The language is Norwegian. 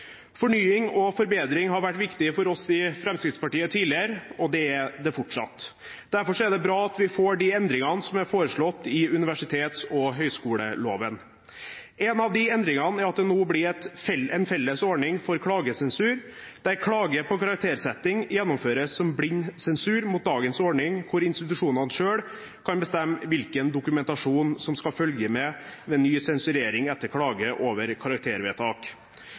Fornying og forbedring har vært viktig for oss i Fremskrittspartiet tidligere, og det er det fortsatt. Derfor er det bra at vi får de endringene som er foreslått i universitets- og høyskoleloven. Én av endringene er at det nå blir en felles ordning for klagesensur, der klage på karaktersetting gjennomføres som blind sensur – mot dagens ordning, der institusjonene selv kan bestemme hvilken dokumentasjon som skal følge med ved ny sensurering etter klage over karaktervedtak.